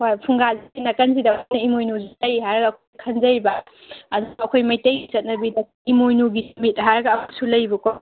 ꯍꯣꯏ ꯐꯨꯡꯒꯥꯁꯤꯒꯤ ꯅꯥꯀꯟꯁꯤꯗ ꯑꯩꯈꯣꯏꯅ ꯏꯃꯣꯏꯅꯨꯁꯤ ꯂꯩ ꯍꯥꯏꯅ ꯑꯩꯈꯣꯏ ꯈꯟꯖꯩꯕ ꯑꯗꯨꯅ ꯑꯩꯈꯣꯏ ꯃꯩꯇꯩꯒꯤ ꯆꯠꯅꯕꯤꯗ ꯏꯃꯣꯏꯅꯨꯒꯤ ꯅꯨꯃꯤꯠ ꯍꯥꯏꯔꯒ ꯑꯃꯁꯨ ꯂꯩꯌꯦꯕꯀꯣ